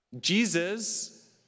Jesus